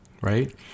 right